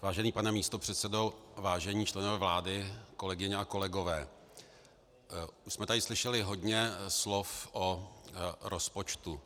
Vážený pane místopředsedo, vážení členové vlády, kolegyně a kolegové, my jsme tady slyšeli hodně slov o rozpočtu.